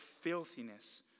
filthiness